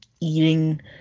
eating